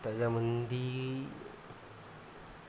त्याच्यामध्ये